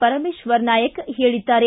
ಪರಮೇಶ್ವರ ನಾಯ್ಕ್ ಹೇಳಿದ್ದಾರೆ